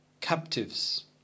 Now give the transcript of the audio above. captives